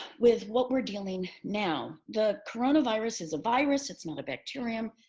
with what we're dealing now? the coronavirus is a virus. it's not a bacterium.